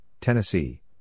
Tennessee